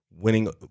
winning